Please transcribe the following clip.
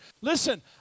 Listen